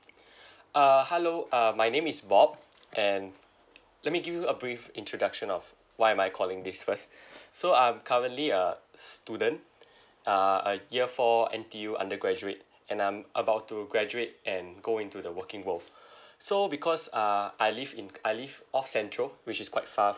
uh hello uh my name is bob and let me give you a brief introduction of why am I calling this first so I'm currently a student uh a year four N_T_U undergraduate and I'm about to graduate and go into the working world so because uh I live in I live off central which is quite far